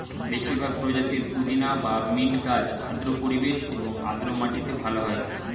বেশিরভাগ প্রজাতির পুদিনা বা মিন্ট গাছ আর্দ্র পরিবেশ এবং আর্দ্র মাটিতে ভালো হয়